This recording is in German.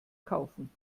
kaufen